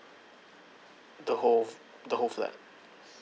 the whole the whole flat